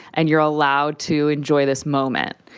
and you're allowed to enjoy this moment.